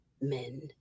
men